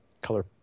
color